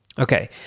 Okay